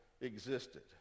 existed